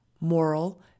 moral